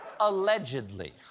Allegedly